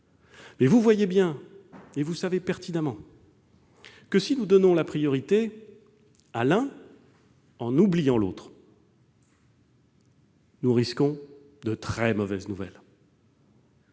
un équilibre, mais vous savez pertinemment que, si nous donnons la priorité à l'une en oubliant l'autre, nous risquons d'avoir de très mauvaises nouvelles.